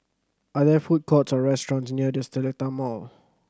are there food courts or restaurants near The Seletar Mall